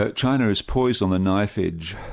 ah china is poised on a knife-edge.